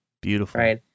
Beautiful